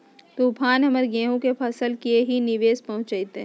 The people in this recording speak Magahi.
तूफान हमर गेंहू के फसल के की निवेस पहुचैताय?